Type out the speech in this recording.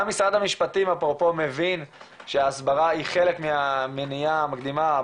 גם משרד המשפטים מבין שההסברה היא חלק מהמניעה המקדימה,